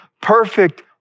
perfect